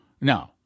No